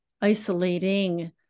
isolating